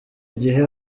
gihe